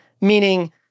Meaning